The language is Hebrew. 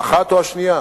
האחת או השנייה?